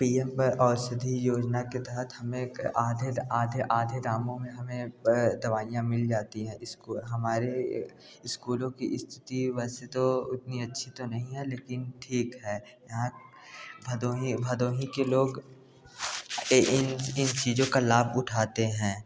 P M औषधि योजना के तहत हमें एक आधे आधे आधे दामों में हमें दवाइयाँ मिल जाती हैं इस्कू हमारे इस्कूलों की स्थिति वैसे तो उतनी अच्छी तो नहीं है लेकिन ठीक है यहाँ भदोही भदोही के लोग ये इन इन चीज़ों का लाभ उठाते हैं